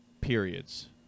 periods